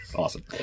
awesome